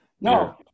no